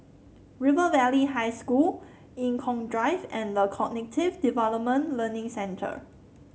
River Valley High School Eng Kong Drive and The Cognitive Development Learning Centre